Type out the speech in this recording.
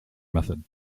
method